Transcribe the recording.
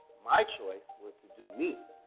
my choice was to do me,